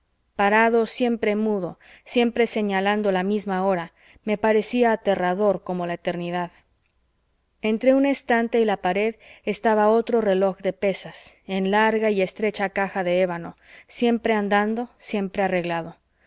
parado siempre mudo siempre señalando la misma hora me parecía aterrador como la eternidad entre un estante y la pared estaba otro reloj de pesas en larga y estrecha caja de ébano siempre andando siempre arreglado